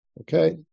Okay